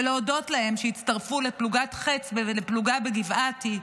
ולהודות להם על שהצטרפו לפלוגת חץ ולפלוגה בגבעתי.